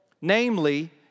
namely